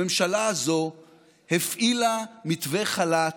הממשלה הזו הפעילה מתווה חל"ת,